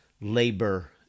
labor